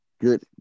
good